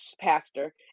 pastor